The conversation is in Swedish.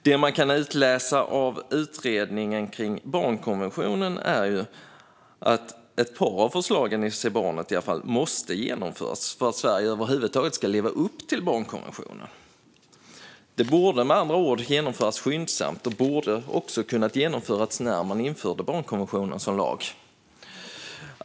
Det man kan utläsa av utredningen om barnkonventionen är ju att åtminstone ett par av förslagen i Se barnet! måste genomföras för att Sverige över huvud taget ska leva upp till barnkonventionen. De borde med andra ord genomföras skyndsamt och borde också ha kunnat genomföras när man införde barnkonventionen som lag.